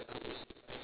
okay correct